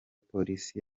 polisi